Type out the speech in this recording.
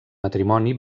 matrimoni